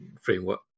framework